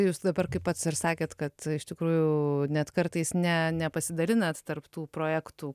jūs dabar kaip pats ir sakėt kad iš tikrųjų net kartais ne nepasidalinat tarp tų projektų